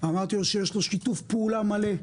שיש לו שיתוף פעולה מלא,